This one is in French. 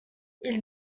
ils